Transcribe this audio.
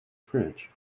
fridge